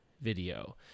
video